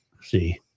See